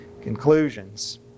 conclusions